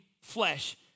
flesh